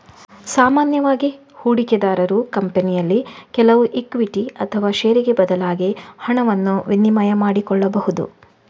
ಸಾಮಾನ್ಯವಾಗಿ ಹೂಡಿಕೆದಾರರು ಕಂಪನಿಯಲ್ಲಿ ಕೆಲವು ಇಕ್ವಿಟಿ ಅಥವಾ ಷೇರಿಗೆ ಬದಲಾಗಿ ಹಣವನ್ನ ವಿನಿಮಯ ಮಾಡಿಕೊಳ್ಬಹುದು